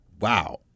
Wow